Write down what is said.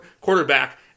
quarterback